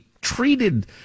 treated